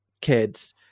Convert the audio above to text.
kids